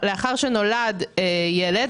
לאחר שנולד ילד,